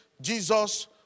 Jesus